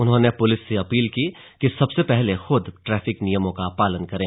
उन्होंने पूलिस से अपील की कि सबसे पहले खूद ट्रैफिक नियमों का पालन करें